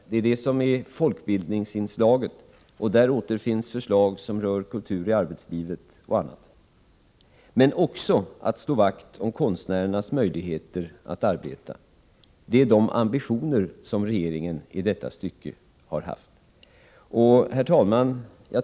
Det är detta som är folkbildningsinslaget — där återfinns förslag som rör kultur i arbetslivet och annat — men vi vill också slå vakt om konstnärernas möjligheter att arbeta. Det är dessa ambitioner som regeringen har haft i detta stycke. Herr talman!